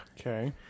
okay